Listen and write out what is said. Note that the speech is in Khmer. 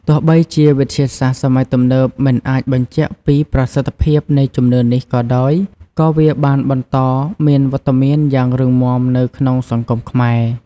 ទោះបីជាវិទ្យាសាស្រ្តសម័យទំនើបមិនអាចបញ្ជាក់ពីប្រសិទ្ធភាពនៃជំនឿនេះក៏ដោយក៏វាបានបន្តមានវត្តមានយ៉ាងរឹងមាំនៅក្នុងសង្គមខ្មែរ។